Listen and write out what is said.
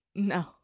No